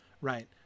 right